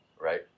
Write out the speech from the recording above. right